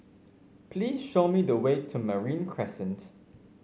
please show me the way to Marine Crescent